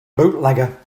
bootlegger